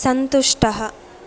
सन्तुष्टः